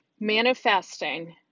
Manifesting